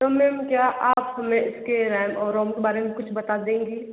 तो मैम क्या आप मै इसके रैम और रोम के बारे में कुछ बता देंगी